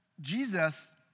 Jesus